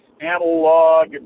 analog